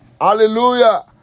hallelujah